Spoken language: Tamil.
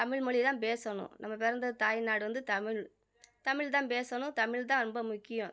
தமிழ் மொழிய தான் பேசணும் நம்ம பிறந்தது தாய்நாடு வந்து தமிழ் தமிழ் தான் பேசணும் தமிழ் தான் ரொம்ப முக்கியம்